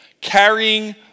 carrying